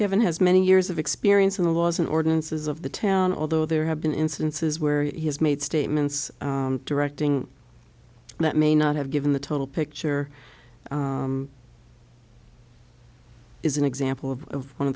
given has many years of experience in the laws and ordinances of the town although there have been instances where he has made statements directing that may not have given the total picture is an example of one of